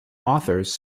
authors